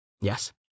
Yes